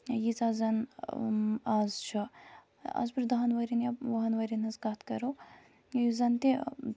ییٖژاہ زَن آز چھےٚ آز برٛونٛہہ دَہَن ؤرٮ۪ن یا وُہَن ؤرٮ۪ن ہٕنز کَتھ کَرو یُس زَن تہِ